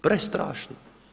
Prestrašno.